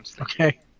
Okay